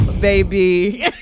baby